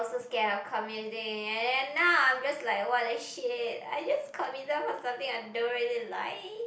also scared on committing and then now I'm just like what the shit I just committed for something I don't really like